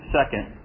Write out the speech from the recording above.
second